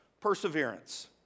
perseverance